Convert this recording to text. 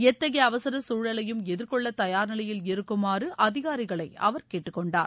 எத்தகைய அவசர சூழலையும் எதிர்கொள்ள தயார் நிலையில் இருக்குமாறு அதிகாரிகளை அவர் கேட்டுக்கொண்டார்